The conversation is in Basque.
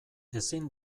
ezin